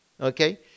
Okay